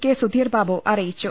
K Sudheer Babu അറിയിച്ചു